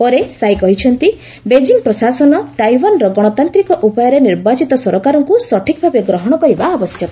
ପରେ ସାଇ କହିଛନ୍ତି ବେଜିଂ ପ୍ରଶାସନ ତାଇଓ୍ୱାନର ଗଣତାନ୍ତ୍ରିକ ଉପାୟରେ ନିର୍ବାଚିତ ସରକାରକୁ ସଠିକ୍ ଭାବେ ଗ୍ରହଣ କରିବା ଆବଶ୍ୟକ